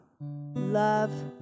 Love